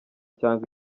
cyangwa